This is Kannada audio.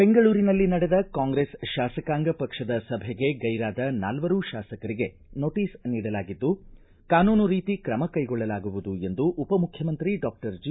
ಬೆಂಗಳೂರಿನಲ್ಲಿ ನಡೆದ ಕಾಂಗ್ರೆಸ್ ಶಾಸಕಾಂಗ ಪಕ್ಷದ ಸಭೆಗೆ ಗೈರಾದ ನಾಲ್ವರು ಶಾಸಕರಿಗೆ ನೊಟೀಸ್ ನೀಡಲಾಗಿದ್ದು ಕಾನೂನು ರೀತಿ ಕ್ರಮ ಕೈಗೊಳ್ಳಲಾಗುವುದು ಎಂದು ಉಪಮುಖ್ಯಮಂತ್ರಿ ಡಾಕ್ಟರ್ ಜಿ